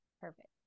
perfect